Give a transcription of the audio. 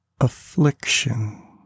affliction